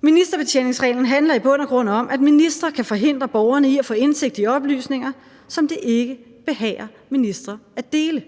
Ministerbetjeningsreglen handler i bund og grund om, at ministre kan forhindre borgerne i at få indsigt i oplysninger, som det ikke behager ministre at dele.